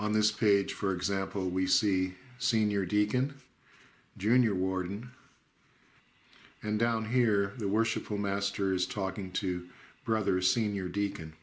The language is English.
on this page for example we see senior deacon junior warden and down here the worshipful masters talking to brother senior deacon